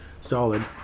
solid